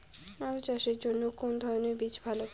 আলু চাষের জন্য কোন ধরণের বীজ ভালো?